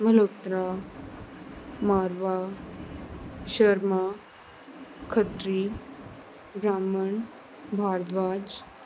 Malhotra Marwah Sharma Khatri Brahmin Bhardwaj